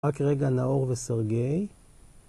רק רגע נאור וסרגי